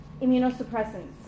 immunosuppressants